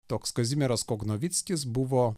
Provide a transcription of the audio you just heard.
toks kazimieras kognovickis buvo